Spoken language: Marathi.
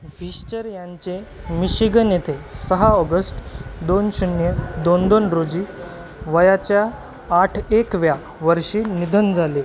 व्हीश्चर यांचे मिश्शिगन येथे सहा ऑगस्ट दोन शून्य दोन दोन रोजी वयाच्या आठ एकव्या वर्षी निधन झाले